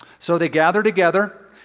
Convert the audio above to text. so they gather together.